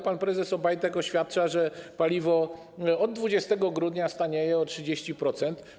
Pan prezes Obajtek oświadcza, że paliwo od 20 grudnia stanieje o 30%.